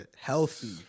healthy